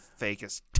fakest